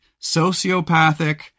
sociopathic